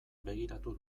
begiratu